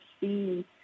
see